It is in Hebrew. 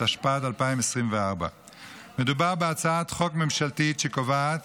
התשפ"ד 2024. מדובר בהצעת חוק ממשלתית שקובעת